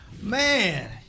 Man